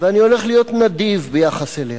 ואני הולך להיות נדיב ביחס אליה?